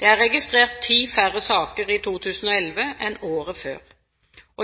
Det er registrert ti færre saker i 2011 enn året før.